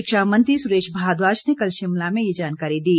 शिक्षा मंत्री सुरेश भारद्वाज ने कल शिमला में ये जानकारी दी